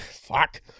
Fuck